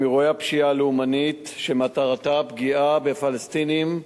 אירועי הפשיעה הלאומנית שמטרתם פגיעה בפלסטינים,